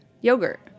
yogurt